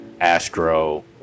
Astro